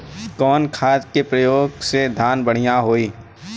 कवन खाद के पयोग से धान बढ़िया होई?